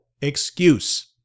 excuse